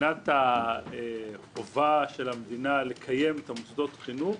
מבחינת החובה של המדינה לקיים את מוסדות החינוך,